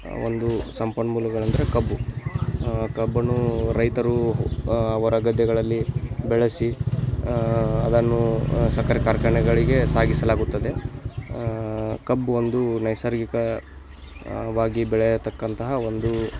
ಒಂದು ಸಂಪನ್ಮೂಲಗಳೆಂದರೆ ಕಬ್ಬು ಕಬ್ಬನ್ನು ರೈತರು ಅವರ ಗದ್ದೆಗಳಲ್ಲಿ ಬೆಳೆಸಿ ಅದನ್ನು ಸಕ್ಕರೆ ಕಾರ್ಖಾನೆಗಳಿಗೆ ಸಾಗಿಸಲಾಗುತ್ತದೆ ಕಬ್ಬು ಒಂದು ನೈಸರ್ಗಿಕ ವಾಗಿ ಬೆಳೆಯತಕ್ಕಂತಹ ಒಂದು